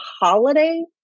holiday